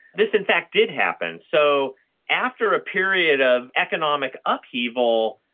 this in fact did happen. so after a period of economic upheaval,